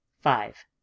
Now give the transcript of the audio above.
Five